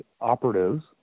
operatives